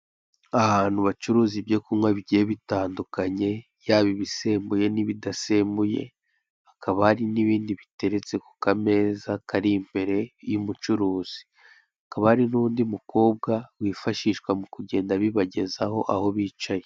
Ahantu bacuruza ibyo kunywa bigiye bitandukanye yaba ibisembuye n'ibidasembuye, hakaba hari n'ibindi biteretse ku kameza kari imbere y'umucuruzi. Hakaba hari n'undi mukobwa wifashishwa mu kugenda abibagezaho aho bicaye.